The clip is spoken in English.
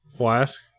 Flask